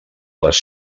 les